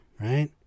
right